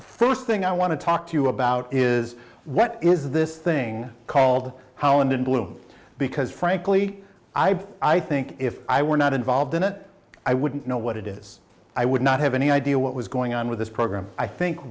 first thing i want to talk to you about is what is this thing called holland in bloom because frankly i've i think if i were not involved in it i wouldn't know what it is i would not have any idea what was going on with this program i think